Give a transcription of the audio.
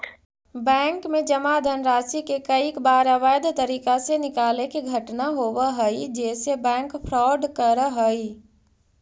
bank में जमा धनराशि के कईक बार अवैध तरीका से निकाले के घटना होवऽ हइ जेसे बैंक फ्रॉड करऽ हइ